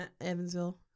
Evansville